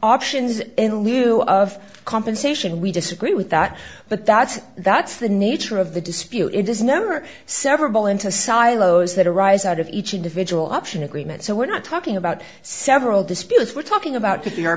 options in lieu of compensation we disagree with that but that's that's the nature of the dispute it is never several into silos that arise out of each individual option agreement so we're not talking about several disputes we're talking about